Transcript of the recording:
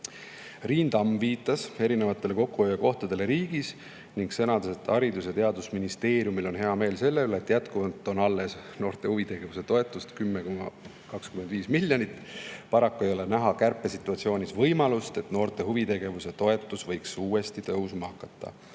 Tamm viitas erinevatele kokkuhoiukohtadele riigis ning sõnas, et Haridus- ja Teadusministeeriumil on hea meel selle üle, et jätkuvalt on alles noorte huvitegevuse toetus 10,25 miljonit. Paraku ei ole praeguses kärpesituatsioonis näha võimalust, et noorte huvitegevuse toetus võiks uuesti tõusma hakata.